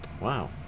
Wow